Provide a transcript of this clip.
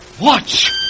Watch